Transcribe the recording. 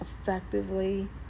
effectively